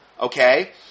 Okay